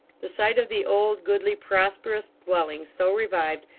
the sight of the old, goodly, prosperous dwelling, so revived,